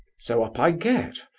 so up i get,